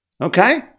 Okay